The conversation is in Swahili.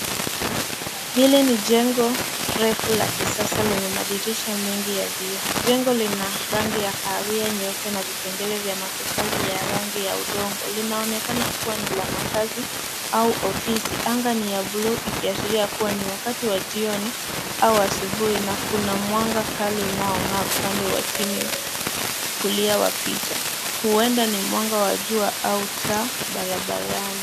Hili ni jengo refu la kisasa lenye madirisha mengi ya vioo. Jengo lina rangi ya kahawia nyeupe na vipengele vya matofali ya rangi ya udongo linaonekana kuwa ni la makazi au ofisi. Anga ni ya blue ikiashiria kuwa ni wakati wa jioni au asubuhi na kuna mwanga kali unaong'aa upande wa chini kulia wa picha huenda ni mwanga wa jua au taa barabarani.